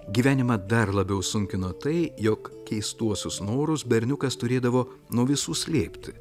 gyvenimą dar labiau sunkino tai jog keistuosius norus berniukas turėdavo nuo visų slėpti